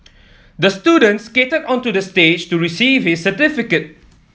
the student skated onto the stage to receive his certificate